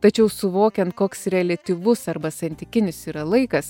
tačiau suvokiant koks reliatyvus arba santykinis yra laikas